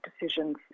decisions